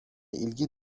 ilgi